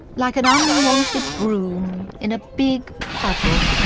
like an unwanted broom in a big puddle.